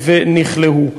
ונכלאו.